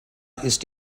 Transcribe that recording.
ist